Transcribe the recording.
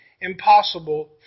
impossible